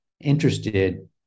interested